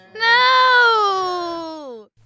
No